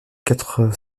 quatre